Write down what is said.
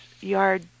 yard